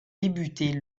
débuter